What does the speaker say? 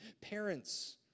parents